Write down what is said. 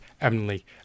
eminently